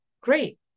great